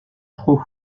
trop